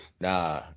nah